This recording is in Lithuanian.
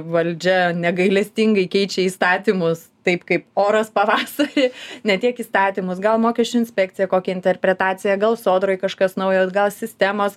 valdžia negailestingai keičia įstatymus taip kaip oras pavasarį ne tiek įstatymus gal mokesčių inspekcija kokią interpretaciją gal sodroj kažkas naujo gal sistemos